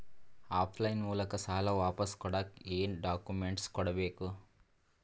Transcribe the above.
Of line ಮೂಲಕ ಸಾಲ ವಾಪಸ್ ಕೊಡಕ್ ಏನು ಡಾಕ್ಯೂಮೆಂಟ್ಸ್ ಕೊಡಬೇಕು?